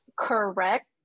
correct